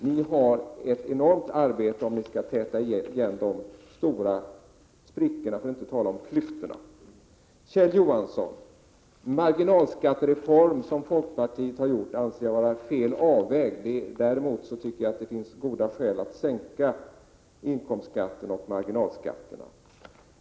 Ni har ett enormt arbete framför er om ni skall täta de stora sprickorna, för att inte säga klyftorna. Kjell Johansson! Den marginalskattereform som folkpartiet har föreslagit är enligt min mening fel avvägd. Däremot tycker jag att det finns goda skäl att sänka inkomstskatten och marginalskatten.